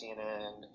CNN